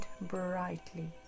brightly